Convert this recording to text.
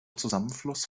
zusammenfluss